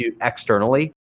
externally